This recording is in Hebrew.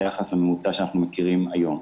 פחות ביחס לממוצע שאנחנו מכירים היום.